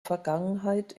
vergangenheit